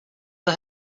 for